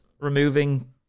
removing